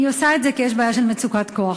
הוא עושה את זה כי יש בעיה של מצוקת כוח-אדם.